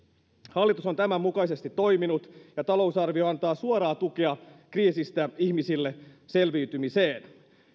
hallitus on tämän mukaisesti toiminut ja talousarvio antaa suoraa tukea ihmisille kriisistä selviytymiseen